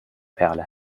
perle